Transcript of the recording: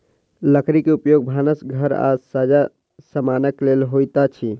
लकड़ी के उपयोग भानस घर आ सज्जा समानक लेल होइत अछि